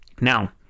Now